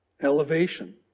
Elevation